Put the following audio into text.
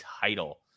title